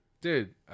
dude